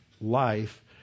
life